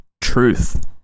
truth